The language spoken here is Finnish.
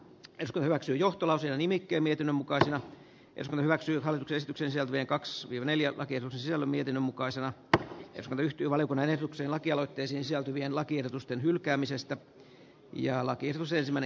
kesko hyväksy johtolausenimike mietinnön mukaisena jos ne hyväksyvät esityksensä wien kaks vi v neljä ja siellä mietin mukaisella ja ryhtyy valiokunnan eduksi lakialoitteen sisältyvien joten en tee muutosehdotusta